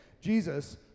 Jesus